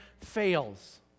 fails